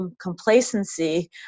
complacency